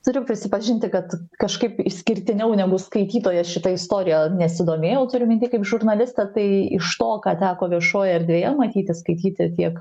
turiu prisipažinti kad kažkaip išskirtiniau negu skaitytoja šita istorija nesidomėjau turiu minty kaip žurnalistė tai iš to ką teko viešojoj erdvėje matyti skaityti tiek